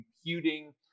computing